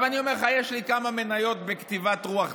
אני אומר לך, יש לי כמה מניות בכתיבת רוח צה"ל,